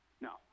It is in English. No